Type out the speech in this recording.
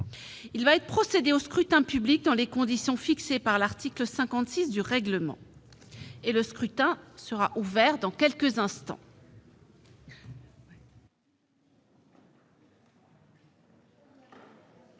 Il va être procédé au scrutin public dans les conditions fixées par l'article 56 du règlement. Le scrutin est ouvert. Personne ne